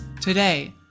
today